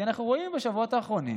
כי אנחנו רואים בשבועות האחרונים